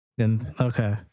Okay